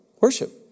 Worship